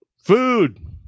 food